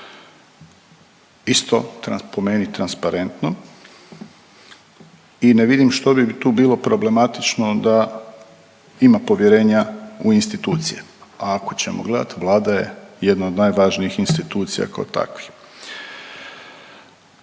tran… po meni transparentno i ne vidim što bi tu bilo problematično da ima povjerenja u institucije, a ako ćemo gledati Vlada je jedna od najvažnijih institucija kao takvi.